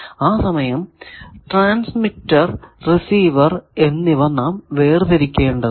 ആ സമയം transmitter receiver എന്നിവ നാം വേർതിരിക്കേണ്ടതാണ്